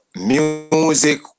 music